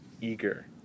eager